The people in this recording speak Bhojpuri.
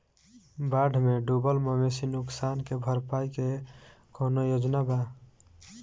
बाढ़ में डुबल मवेशी नुकसान के भरपाई के कौनो योजना वा?